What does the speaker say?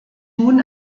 nun